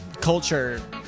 culture